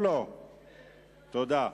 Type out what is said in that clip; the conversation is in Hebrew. תודה.